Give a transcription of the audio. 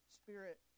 spirit